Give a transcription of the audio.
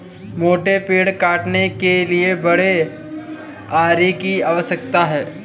मोटे पेड़ काटने के लिए बड़े आरी की आवश्यकता है